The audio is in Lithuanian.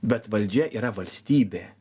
bet valdžia yra valstybė